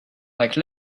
like